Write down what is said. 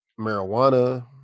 marijuana